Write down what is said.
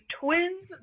twins